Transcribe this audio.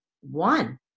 one